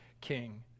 king